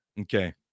Okay